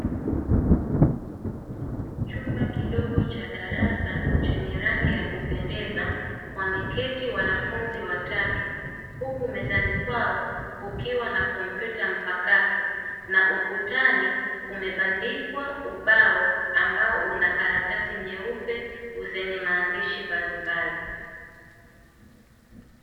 Chumba kidogo cha darasa chenye rangi ya kupendeza, wameketi wanafunzi watatu, huku mezani kwao kukiwa na kompyuta mpakato na ukutani kumebandikwa ubao ambao una karatasi nyeupe, zenye maandishi mbalimbali.